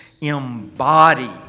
embody